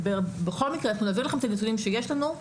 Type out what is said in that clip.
בכל מקרה, אנחנו נביא לכם את הנתונים שיש לנו.